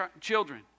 children